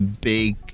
big